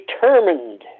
determined